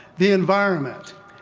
the environment,